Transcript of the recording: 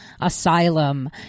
asylum